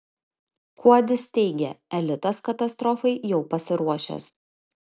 kuodis teigia elitas katastrofai jau pasiruošęs